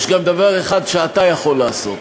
יש גם דבר אחד שאתה יכול לעשות.